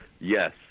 yes